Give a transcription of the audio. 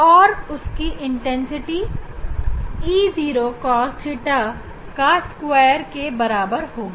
और उसकी तीव्रता e 0 cos theta के स्क्वायर के बराबर होगी